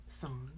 song